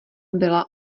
byla